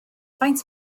faint